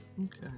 Okay